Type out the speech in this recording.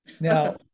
Now